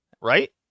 right